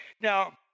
Now